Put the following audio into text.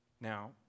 Now